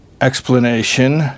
explanation